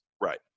Right